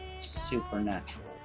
supernatural